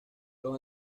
los